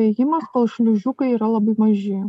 ėjimas kol šliužiukai yra labai maži